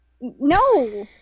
No